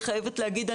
אני חייבת להגיד,